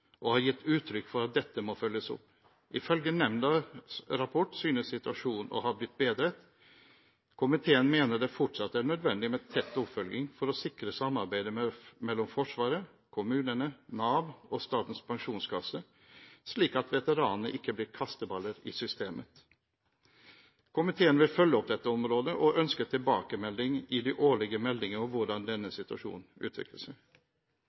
og har gitt uttrykk for at dette må følges opp. Ifølge nemndas rapport synes situasjonen å ha blitt bedret. Komiteen mener det fortsatt er nødvendig med tett oppfølging for å sikre samarbeidet mellom Forsvaret, kommunene, Nav og Statens pensjonskasse, slik at veteranene ikke blir kasteballer i systemet. Komiteen vil følge opp dette området og ønsker tilbakemelding i de årlige meldingene om hvordan denne situasjonen utvikler seg. Komiteen deler nemndas syn på at ansatte i Forsvaret får ytre seg